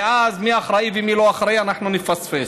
ואז, מי אחראי ומי לא אחראי, אנחנו נפספס.